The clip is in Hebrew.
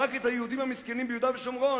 ורק את היהודים המסכנים ביהודה ושומרון,